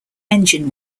engine